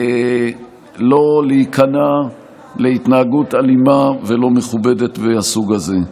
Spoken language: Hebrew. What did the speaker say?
לא להיכנע להתנהגות אלימה ולא מכובדת מהסוג הזה.